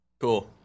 Cool